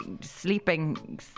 sleeping